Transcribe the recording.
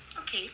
okay